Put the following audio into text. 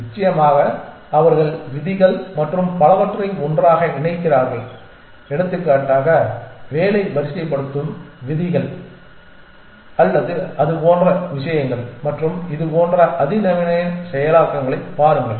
நிச்சயமாக அவர்கள் விதிகள் மற்றும் பலவற்றை ஒன்றாக இணைக்கிறார்கள் எடுத்துக்காட்டாக வேலை வரிசைப்படுத்தும் விதிகள் அல்லது அது போன்ற விஷயங்கள் மற்றும் இது போன்ற அதிநவீன செயலாக்கங்களைப் பாருங்கள்